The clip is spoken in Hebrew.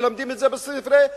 מלמדים את זה גם בספרי ההיסטוריה.